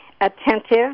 attentive